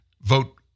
vote